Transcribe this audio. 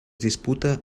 disputa